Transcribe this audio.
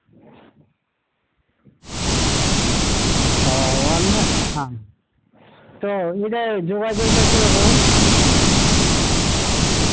ও online হ্যাঁ তো এটা যোগাযোগটা কীরকম